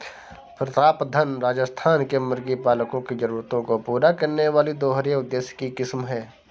प्रतापधन राजस्थान के मुर्गी पालकों की जरूरतों को पूरा करने वाली दोहरे उद्देश्य की किस्म है